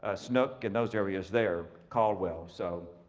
ah snook in those areas there caldwell. so